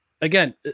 Again